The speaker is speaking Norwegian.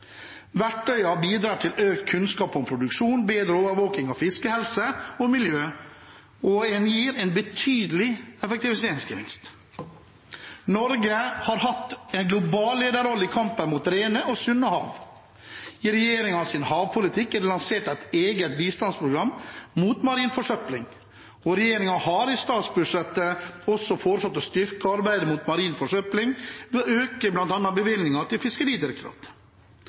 Verktøyene bidrar til økt kunnskap om produksjon, bedre overvåking av fiskehelse og miljø og gir en betydelig effektiviseringsgevinst. Norge har hatt en global lederrolle i kampen for rene og sunne hav. I regjeringens havpolitikk er det lansert et eget bistandsprogram mot marin forsøpling, og regjeringen har i statsbudsjettet også foreslått å styrke arbeidet mot marin forsøpling ved bl.a. å øke bevilgningen til